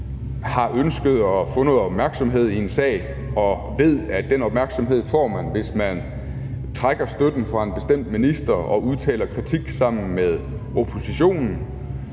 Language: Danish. har ønsket at få noget opmærksomhed i en sag og ved, at den opmærksomhed får man, hvis man trækker støtten fra en bestemt minister og udtaler kritik sammen med oppositionen,